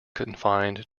confined